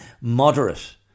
moderate